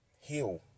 heal